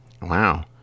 Wow